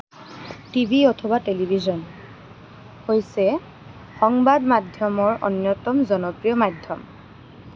TV অথবা television হৈছে সংবাদ মাধ্যমৰ অন্যতম জনপ্ৰিয় মাধ্যম